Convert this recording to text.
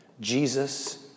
Jesus